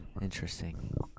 Interesting